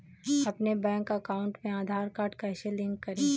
अपने bank account में Aadhaar card कैसे लिंक करें?